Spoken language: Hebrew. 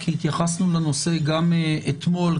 כי התייחסנו לנושא גם אתמול,